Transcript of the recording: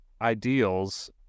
ideals